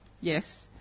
Yes